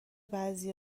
بعضی